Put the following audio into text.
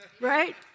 Right